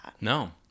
no